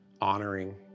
honoring